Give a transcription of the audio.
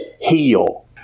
heal